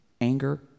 Anger